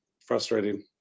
frustrating